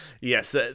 Yes